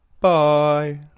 Bye